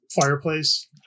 fireplace